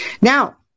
Now